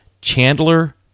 Chandler